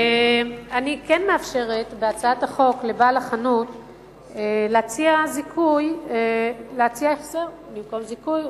אני כן מאפשרת בהצעת החוק לבעל החנות להציע החזר במקום זיכוי,